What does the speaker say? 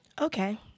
Okay